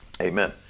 Amen